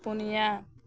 ᱯᱚᱱᱭᱟ